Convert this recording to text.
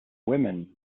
women